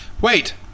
Wait